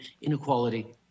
inequality